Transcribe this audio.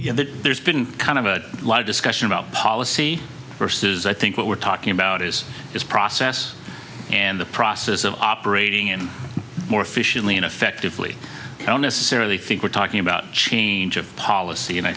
that there's been kind of a lot of discussion about policy versus i think what we're talking about is this process and the process of operating in more efficiently and effectively i don't necessarily think we're talking about change of policy and i